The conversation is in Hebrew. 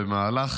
במהלך